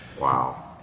Wow